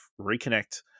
reconnect